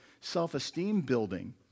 self-esteem-building